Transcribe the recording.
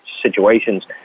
situations